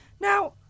Now